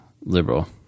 liberal